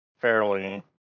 fairly